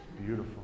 beautiful